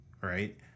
right